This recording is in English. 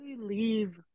leave